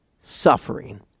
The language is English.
suffering